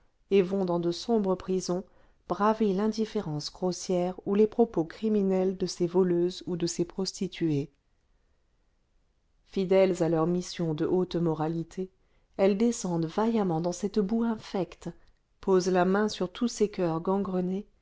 et vont dans de sombres prisons braver l'indifférence grossière ou les propos criminels de ces voleuses ou de ces prostituées fidèles à leur mission de haute moralité elles descendent vaillamment dans cette boue infecte posent la main sur tous ces coeurs gangrenés